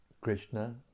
Krishna